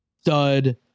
stud